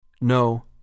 No